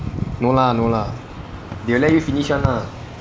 no lah no lah they will let you finish [one] lah